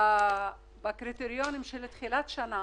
שעובדים לפי הקריטריונים שנקבעו בתחילת שנה.